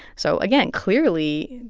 so again, clearly,